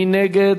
מי נגד?